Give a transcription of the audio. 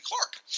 Clark